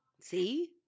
See